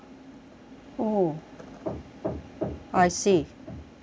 oh I see